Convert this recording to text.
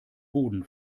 boden